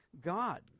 God